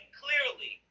clearly